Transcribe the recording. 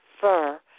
fur